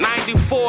94